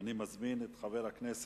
אני מזמין את חבר הכנסת